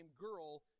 girl